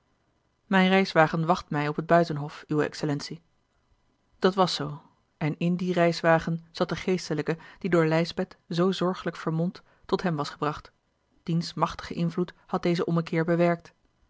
mijn reiswagen wacht mij op het buitenhof uwe excellentie dat was zoo en in dien reiswagen zat de geestelijke die door lijsbeth zoo zorgelijk vermomd tot hem was gebracht diens machtige invloed had dezen ommekeer bewerkt